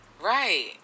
Right